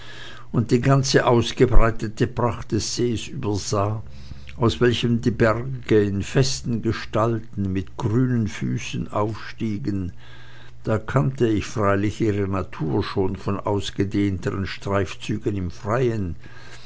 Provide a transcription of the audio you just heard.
und die ganze ausgebreitete pracht des sees übersah aus welchem die berge in festen gestalten mit grünen füßen aufstiegen da kannte ich freilich ihre natur schon von ausgedehnteren streifzügen im freien